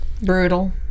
brutal